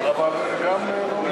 הרשו לי, חברי הכנסת,